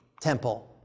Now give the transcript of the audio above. temple